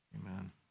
Amen